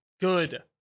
Good